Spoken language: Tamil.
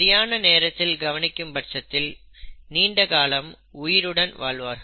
சரியான நேரத்தில் கவனிக்கும் பட்சத்தில் நீண்ட காலம் உயிருடன் வாழ்வார்கள்